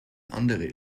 andere